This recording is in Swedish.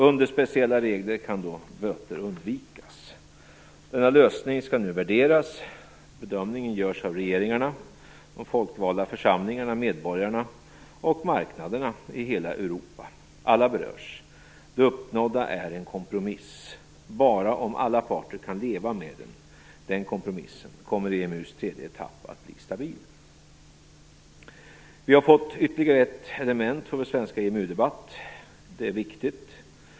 Under speciella regler kan då böter undvikas. Denna lösning skall nu värderas. Bedömningen görs av regeringarna, de folkvalda församlingarna, medborgarna och marknaderna i hela Europa. Alla berörs. Det uppnådda är en kompromiss. Bara om alla parter kan leva med den kompromissen kommer EMU:s tredje etapp att bli stabil. Vi har fått ytterligare ett element för vår svenska EMU-debatt, och det är viktigt.